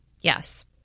Yes